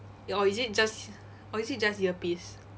or is it just or is it just earpiece